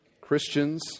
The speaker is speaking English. Christians